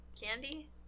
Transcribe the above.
Candy